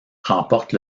remporte